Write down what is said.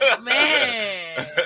Man